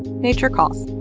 nature calls.